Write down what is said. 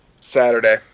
Saturday